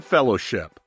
Fellowship